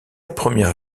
première